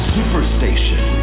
Superstation